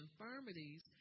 infirmities